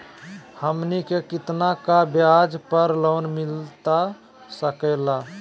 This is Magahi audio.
हमनी के कितना का ब्याज पर लोन मिलता सकेला?